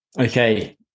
okay